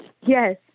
Yes